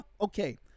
okay